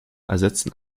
ersetzen